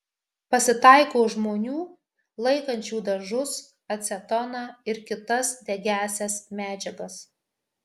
pasitaiko žmonių laikančių dažus acetoną ir kitas degiąsias medžiagas